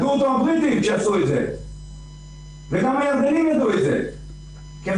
הבריטים ידעו את זה וגם הירדנים ידעו את זה כיוון